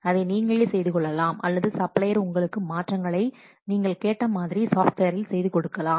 அதை நீங்களே செய்து கொள்ளலாம் அல்லது சப்ளையர் உங்களுக்கு மாற்றங்களை நீங்கள் கேட்ட மாதிரி சாஃப்ட்வேரில் செய்து கொடுக்கலாம்